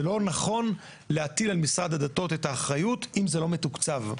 זה לא נכון להטיל על משרד הדתות את האחריות אם זה לא מתוקצב.